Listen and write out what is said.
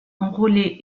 enrôler